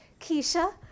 Keisha